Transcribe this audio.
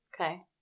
Okay